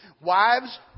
Wives